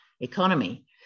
economy